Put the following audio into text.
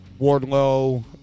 Wardlow